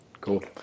Cool